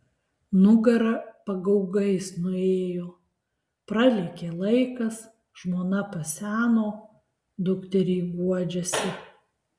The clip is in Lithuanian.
nugara pagaugais nuėjo pralėkė laikas žmona paseno dukteriai guodžiasi